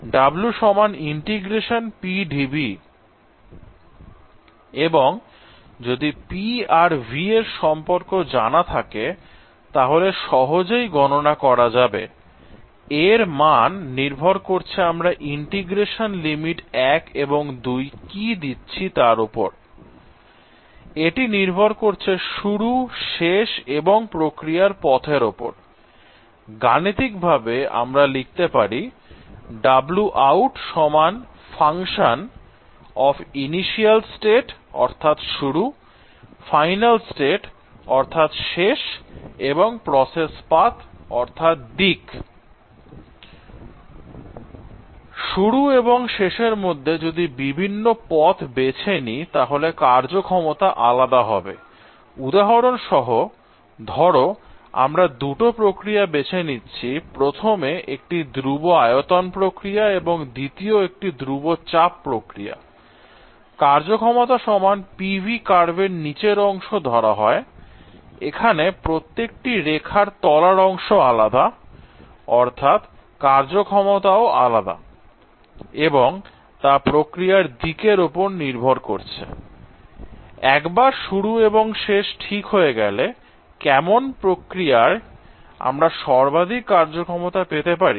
এবং যদি P আর V এর সম্পর্ক জানা থাকে তাহলে সহজেই গণনা করা যাবে I এর মান নির্ভর করছে আমরা ইন্টিগ্রেশন লিমিট 1 এবং 2 কি দিচ্ছি তার ওপর I এটি নির্ভর করছে শুরু শেষ এবং প্রক্রিয়ার পথের ওপর I গাণিতিকভাবে আমরা লিখতে পারি Wout f Initial state final state process path অর্থাৎ শুরু এবং শেষ এর মধ্যে যদি বিভিন্ন পথ বেছে নিই তাহলে কার্য ক্ষমতা আলাদা হবে উদাহরণসহ ধরো আমরা দুটো প্রক্রিয়া বেছে নিচ্ছি প্রথমে একটি ধ্রুব আয়তন প্রক্রিয়া এবং দ্বিতীয় একটি ধ্রুব চাপ প্রক্রিয়া I কার্যক্ষমতা সমান PV কার্ভের নিচের অংশ ধরা হয় এখানে প্রত্যেকটি রেখার তলার অংশ আলাদা অর্থাৎ কার্যক্ষমতা ও আলাদা এবং তা প্রক্রিয়ার দিকের উপর ও নির্ভর করছে I একবার শুরু এবং শেষ ঠিক হয়ে গেলে কেমন প্রক্রিয়ায় আমরা সর্বাধিক কার্যক্ষমতা পেতে পারি